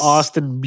Austin